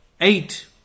eight